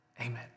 Amen